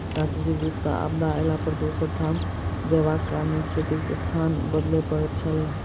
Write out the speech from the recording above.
प्राकृतिक रूप सॅ आपदा अयला पर दोसर ठाम जायबाक कारणेँ खेतीक स्थान बदलय पड़ैत छलै